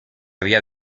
había